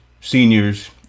seniors